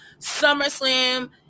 SummerSlam